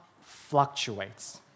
fluctuates